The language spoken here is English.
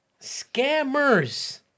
Scammers